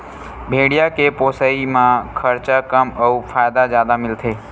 भेड़िया के पोसई म खरचा कम अउ फायदा जादा मिलथे